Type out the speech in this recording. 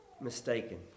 mistaken